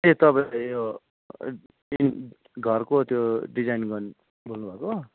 ए तपाईँ यो घरको त्यो डिजाइन गर्ने बोल्नुभएको हो